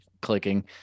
clicking